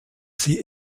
sie